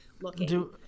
looking